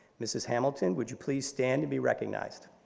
mrs. hamilton, would you please stand and be recognized.